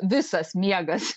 visas miegas